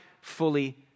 fully